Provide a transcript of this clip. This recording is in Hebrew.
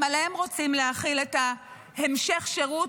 גם עליהם רוצים להחיל את המשך השירות